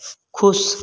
खुश